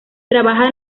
trabaja